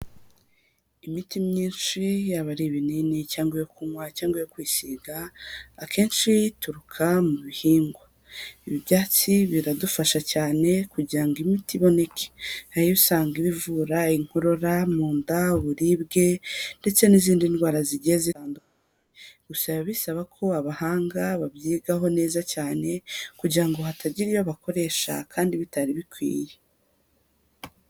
Imiti myinshi yaba ari ibinini cyangwa ibyo kunywa cyangwa iyo kwisiga akenshi ituruka mu bihingwa, ibi ibyatsi biradufasha cyane kugira ngo imiti iboneke hari iyo uba usanga ivura inkorora, mu nda, uburibwe ndetse n'izindi ndwara zigiye zitandukanye, gusa biba bisaba ko abahanga babyigaho neza cyane kugira ngo hatagira iyo bakoresha kandi bitari bikwiye.